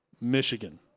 Michigan